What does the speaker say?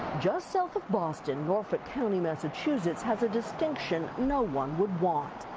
just south of boston norfolk county, massachusetts has a distinction no one would want.